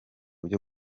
byo